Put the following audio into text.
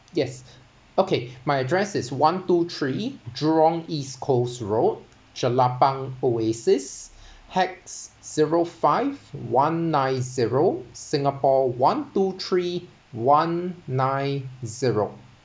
yes okay my address is one two three jurong east coast road jelapang oasis hex zero five one nine zero singapore one two three one nine zero